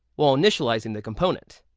while initializing the component.